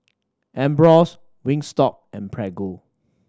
Ambros Wingstop and Prego